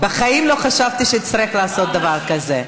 בחיים לא חשבתי שאצטרך לעשות דבר כזה.